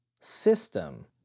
system